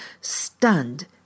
stunned